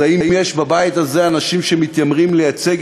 אז האם יש בבית הזה אנשים שמתיימרים לייצג